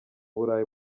burayi